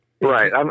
Right